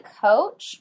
coach